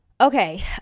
Okay